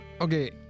Okay